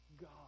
God